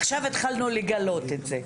עכשיו התחלנו לגלות את זה.